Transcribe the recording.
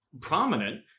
prominent